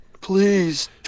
please